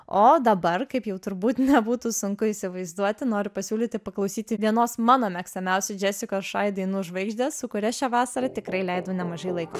o dabar kaip jau turbūt nebūtų sunku įsivaizduoti noriu pasiūlyti paklausyti vienos mano mėgstamiausių džesikos šai dainos žvaigždės su kuria šią vasarą tikrai leidau nemažai laiko